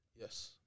Yes